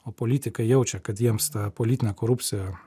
o politikai jaučia kad jiems ta politinė korupcija